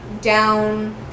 down